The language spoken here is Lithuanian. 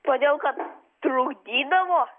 todėl kad trukdydavo